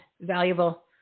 valuable